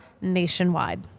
nationwide